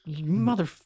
mother